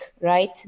right